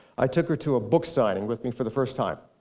i took her to a book signing with me for the first time.